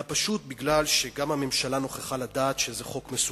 אלא פשוט בגלל שגם הממשלה נוכחה לדעת שזה חוק מסוכן.